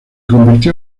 convirtió